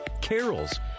carols